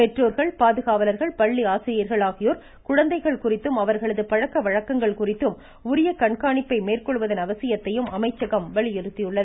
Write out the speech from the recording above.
பெற்றோர்கள் பாதுகாவலர்கள் பள்ளி ஆசிரியர்கள் ஆகியோர் குழந்தைகள் குறித்தும் அவர்களது பழக்க வழக்கங்கள் குறித்தும் உரிய கண்காணிப்பை மேற்கொள்வதன் அவசியத்தையும் அமைச்சகம் அறிவுறுத்தியுள்ளது